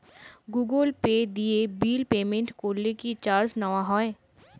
Google Pay দিয়ে bill payment করলে কি চার্জ নেওয়া হয়?